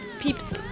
peeps